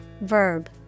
Verb